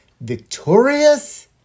victorious